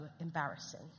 embarrassing